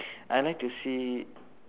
I like to see